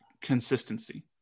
consistency